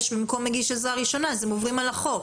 במקום מגיש עזרה ראשונה הם עוברים על החוק.